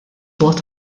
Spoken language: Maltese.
mod